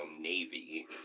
Navy